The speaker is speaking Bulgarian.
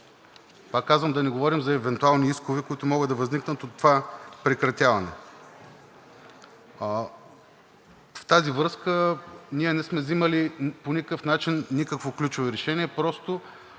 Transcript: Пак казвам, да не говорим за евентуални искове, които могат да възникнат от това прекратяване. В тази връзка ние не сме взимали по никакъв начин никакви ключови решения, просто